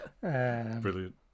Brilliant